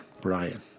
Brian